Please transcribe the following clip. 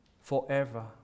forever